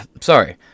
Sorry